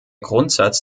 grundsatz